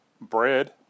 bread